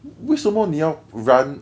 为什么你要 run